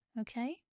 okay